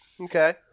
Okay